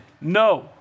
No